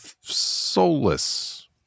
Soulless